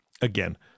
Again